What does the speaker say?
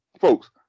folks